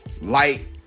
light